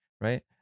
right